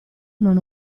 non